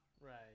Right